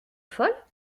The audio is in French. folle